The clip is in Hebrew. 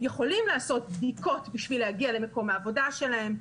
יכולים לעשות בדיקות בשביל להגיע למקום העבודה שלהם,